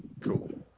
Cool